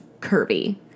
curvy